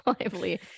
Lively